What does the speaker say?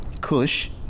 Kush